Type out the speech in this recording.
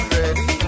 ready